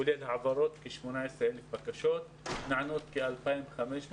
כולל העברות, כ-18,000 בקשות מתוכן נענות כ-2,500.